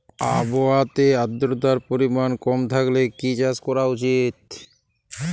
আবহাওয়াতে আদ্রতার পরিমাণ কম থাকলে কি চাষ করা উচিৎ?